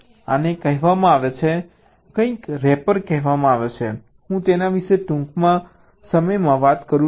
આને કહેવામાં આવે છે કંઈક રેપર કહેવાય છે હું તેના વિશે ટૂંક સમયમાં વાત કરું છું